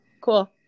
Cool